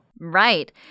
Right